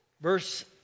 verse